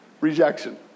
Rejection